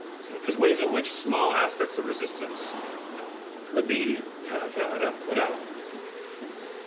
so there's ways in which small aspects of resistance could be kind of put out by and individuals.